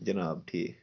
جِناب ٹھیٖک